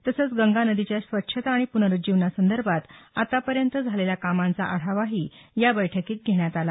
तसंच गंगा नदीच्या स्वच्छता आणि प्नरुज्जीवनासंदर्भात आतापर्यंत झालेल्या कामाचा आढावाही या बैठकीत घेण्यात आला